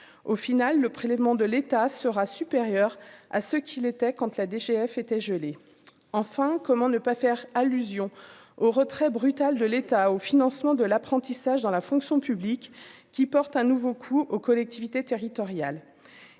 au final, le prélèvement de l'État sera supérieur à ce qu'il était quand tu la DGF était gelé, enfin, comment ne pas faire allusion au retrait brutal de l'État au financement de l'apprentissage dans la fonction publique, qui porte un nouveau coup aux collectivités territoriales,